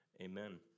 Amen